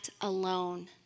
alone